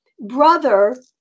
brother